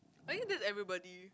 I mean that's everybody